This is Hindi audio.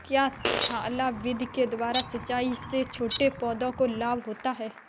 क्या थाला विधि के द्वारा सिंचाई से छोटे पौधों को लाभ होता है?